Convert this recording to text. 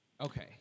Okay